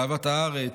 לאהבת הארץ,